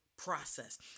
process